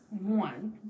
one